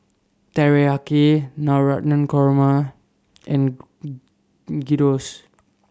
Teriyaki Navratan Korma and Gyros